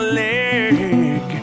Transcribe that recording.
leg